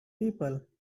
people